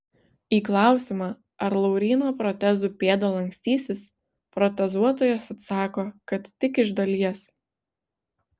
į klausimą ar lauryno protezų pėda lankstysis protezuotojas atsako kad tik iš dalies